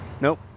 Nope